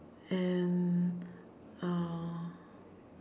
and uh